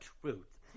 truth